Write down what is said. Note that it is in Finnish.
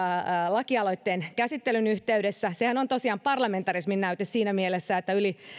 lakialoitteen käsittelyn yhteydessä sehän on tosiaan parlamentarismin näyte siinä mielessä että